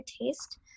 taste